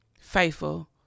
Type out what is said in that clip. Faithful